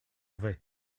vais